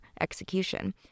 execution